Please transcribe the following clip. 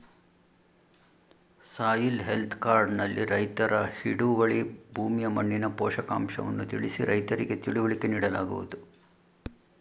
soil health card ನಲ್ಲಿ ರೈತರ ಹಿಡುವಳಿ ಭೂಮಿಯ ಮಣ್ಣಿನ ಪೋಷಕಾಂಶವನ್ನು ತಿಳಿಸಿ ರೈತರಿಗೆ ತಿಳುವಳಿಕೆ ನೀಡಲಾಗುವುದು